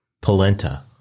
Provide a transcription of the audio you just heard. polenta